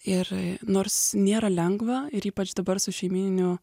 ir nors nėra lengva ir ypač dabar su šeimyniniu